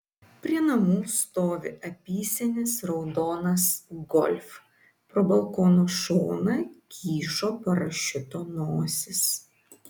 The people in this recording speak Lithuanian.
prie namų stovi apysenis raudonas golf pro balkono šoną kyšo parašiuto nosis